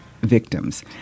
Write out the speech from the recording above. victims